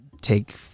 take